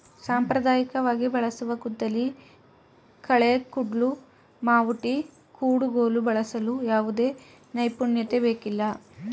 ಸಾಂಪ್ರದಾಯಿಕವಾಗಿ ಬಳಸುವ ಗುದ್ದಲಿ, ಕಳೆ ಕುಡ್ಲು, ಮಾವುಟಿ, ಕುಡುಗೋಲು ಬಳಸಲು ಯಾವುದೇ ನೈಪುಣ್ಯತೆ ಬೇಕಿಲ್ಲ